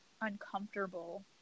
uncomfortable